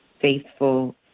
faithful